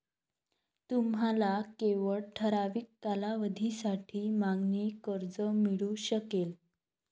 तुम्हाला केवळ ठराविक कालावधीसाठी मागणी कर्ज मिळू शकेल